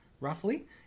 roughly